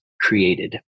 created